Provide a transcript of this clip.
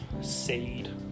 seed